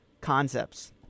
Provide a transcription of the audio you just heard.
concepts